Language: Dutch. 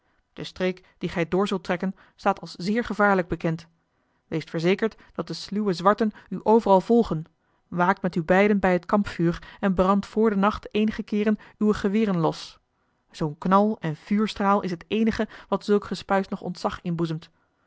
de streek die gij door zult trekken staat als zeer gevaarlijk bekend weest verzekerd dat de sluwe zwarten u overal volgen waakt met u beiden bij het kampvuur en brandt voor den nacht eenige keeren uwe geweren los zoo'n knal en vuurstraal is het eenige wat zulk gespuis nog ontzag